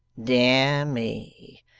dear me!